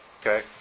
Okay